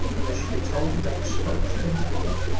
and they should be told to make smokes at intervals.